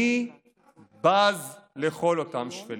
אני בז לכל אותם שפלים.